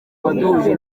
waduhuje